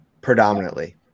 predominantly